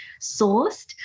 sourced